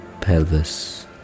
pelvis